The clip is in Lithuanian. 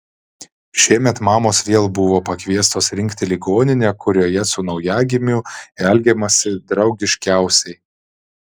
šiemet mamos vėl buvo pakviestos rinkti ligoninę kurioje su naujagimiu elgiamasi draugiškiausiai